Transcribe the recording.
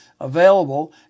Available